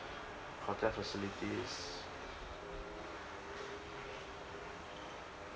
hotel facilities